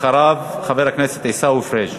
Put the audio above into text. אחריו, חבר הכנסת עיסאווי פריג'.